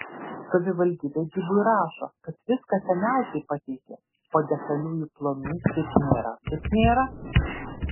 savivaldybė gibui rašo kad viską seniausiai pateikė o detaliųjų planų kaip nėra taip nėra